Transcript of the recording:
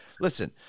listen